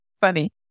Funny